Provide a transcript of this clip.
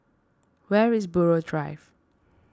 where is Buroh Drive